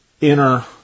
inner